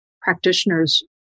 practitioners